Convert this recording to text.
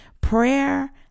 prayer